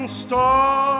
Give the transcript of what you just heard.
star